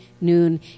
noon